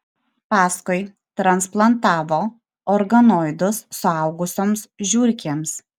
paskui transplantavo organoidus suaugusioms žiurkėms